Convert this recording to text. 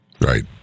Right